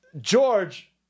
George